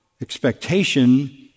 expectation